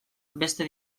beste